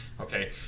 okay